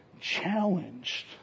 challenged